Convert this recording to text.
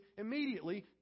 immediately